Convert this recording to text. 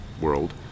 world